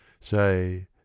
say